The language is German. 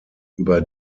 über